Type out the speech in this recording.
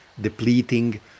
depleting